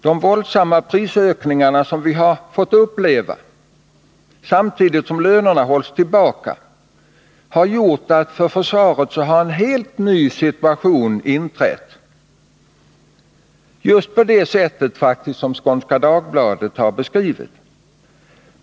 De våldsamma prisökningar som vi fått uppleva, samtidigt som lönerna hållits tillbaka, har gjort att en helt ny situation inträtt för försvaret.